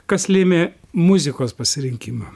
kas lėmė muzikos pasirinkimą